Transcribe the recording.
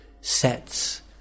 sets